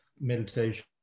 meditation